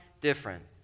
different